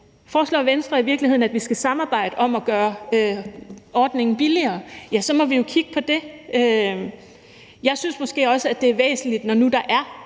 Foreslår Venstre i virkeligheden, at vi skal samarbejde om at gøre ordningen billigere? For så må vi jo kigge på det. Jeg synes måske også, det er væsentligt, når nu der er